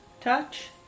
touch